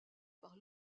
par